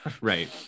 Right